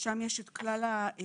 שם יש את כלל הנתונים.